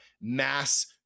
mass